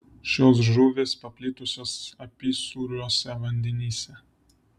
šios žuvys paplitusios apysūriuose vandenyse